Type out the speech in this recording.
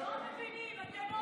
לא מבינים, אתם לא מבינים.